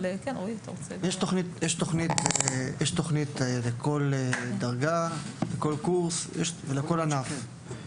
יש תכנית לכל דרגה, לכל קורס ולכל ענף.